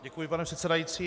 Děkuji, pane předsedající.